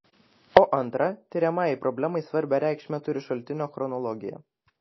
o antra tiriamajai problemai svarbią reikšmę turi šaltinio chronologija